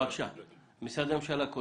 משרדי הממשלה.